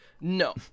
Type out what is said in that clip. No